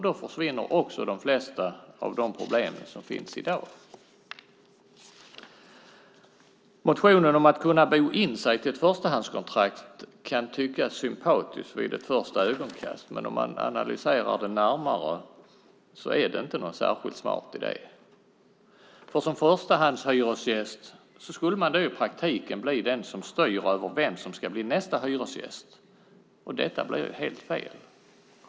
Då försvinner också de flesta av de problem som finns i dag. Motionen om att kunna bo in sig till ett förstahandskontrakt kan tyckas sympatisk vid ett första ögonkast, men om man analyserar den närmare är det inte någon särskilt smart idé. Som förstahandshyresgäst skulle man då i praktiken bli den som styr över vem som ska bli nästa hyresgäst. Det blir ju helt fel.